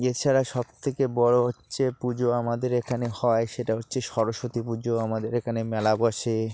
এছাড়া সবথেকে বড় হচ্ছে পুজো আমাদের এখানে হয় সেটা হচ্ছে সরস্বতী পুজো আমাদের এখানে মেলা বসে